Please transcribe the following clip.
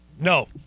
No